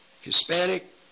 Hispanic